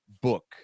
book